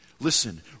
Listen